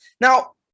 Now